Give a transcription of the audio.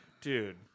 Dude